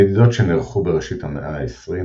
במדידות שנערכו בראשית המאה העשרים,